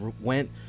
went